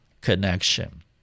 connection